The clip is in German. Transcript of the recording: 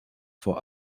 vor